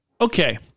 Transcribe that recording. Okay